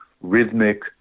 rhythmic